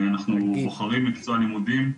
אנחנו בוחרים מקצוע לימודים,